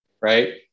right